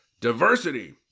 diversity